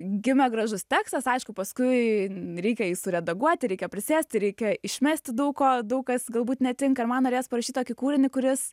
gimė gražus tekstas aišku paskui reikia jį suredaguoti reikia prisėsti reikia išmesti daug ko daug kas galbūt netinka ir man norėjos parašyt tokį kūrinį kuris